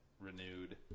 renewed